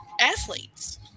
athletes